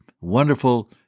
wonderful